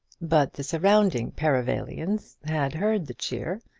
but the surrounding perivalians had heard the cheer,